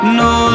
no